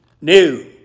new